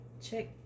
check